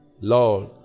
Lord